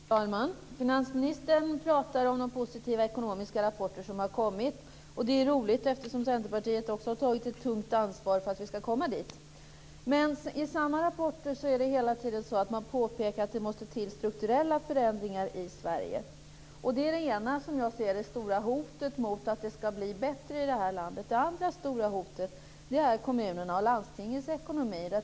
Fru talman! Finansministern pratar om de positiva ekonomiska rapporter som har kommit. Det är roligt eftersom Centerpartiet också har tagit ett tungt ansvar för att vi skall komma dit. Men i samma rapporter påpekar man hela tiden att det måste till strukturella förändringar i Sverige. Det är det ena stora hotet mot att det skall bli bättre i det här landet. Det andra stora hotet är kommunernas och landstingens ekonomi.